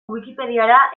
wikipediara